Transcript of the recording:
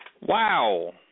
Wow